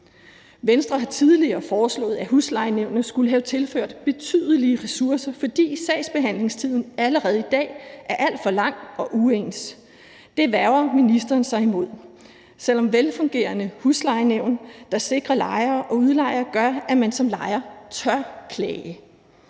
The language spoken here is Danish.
Venstre har tidligere foreslået, at huslejenævnene skulle have tilført betydelige ressourcer, fordi sagsbehandlingstiden allerede i dag er alt for lang og uens. Det vægrer ministeren sig imod, selv om velfungerende huslejenævn, der sikrer lejere og udlejere, gør, at man som lejer tør klage.